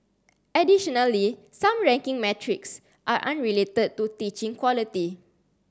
additionally some ranking metrics are unrelated to teaching quality